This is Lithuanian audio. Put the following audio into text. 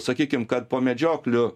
sakykim kad po medžioklių